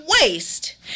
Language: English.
waste